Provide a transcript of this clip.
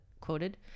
quoted